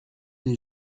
des